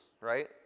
right